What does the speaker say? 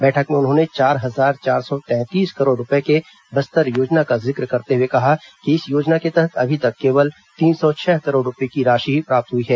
बैठक में उन्होंने चार हजार चार सौ तैंतीस करोड़ रूपये के बस्तर योजना का जिक्र करते हुए कहा कि इस योजना के तहत अभी तक केवल तीन सौ छह करोड़ रूपये की राशि ही प्राप्त हुई है